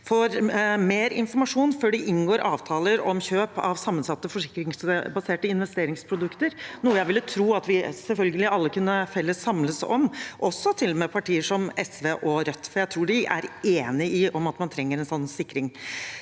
får mer informasjon før de inngår avtaler om kjøp av sammensatte og forsikringsbaserte investeringsprodukter – noe jeg ville tro at vi alle selvfølgelig felles kunne samles om, til og med partier som SV og Rødt, for jeg tror de er enig i at man trenger en slik sikring.